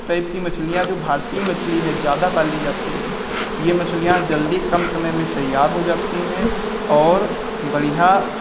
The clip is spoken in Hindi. टाइप की मछलियाँ जो भारतीय मछली है ज़्यादा पाली जाती है ये मछलियाँ जल्दी कम समय में तैयार हो जाती हैं और बढ़िया